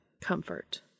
comfort